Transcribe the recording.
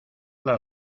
las